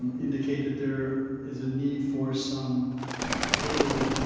indicate that there is a need for some further